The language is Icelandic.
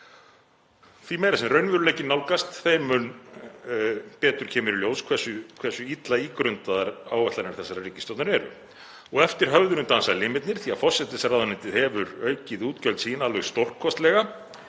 Því meira sem raunveruleikinn nálgast, þeim mun betur kemur í ljós hversu illa ígrundaðar áætlanir þessarar ríkisstjórnar eru. Og eftir höfðinu dansa limirnir því að forsætisráðuneytið hefur aukið útgjöld sín alveg stórkostlega